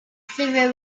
syria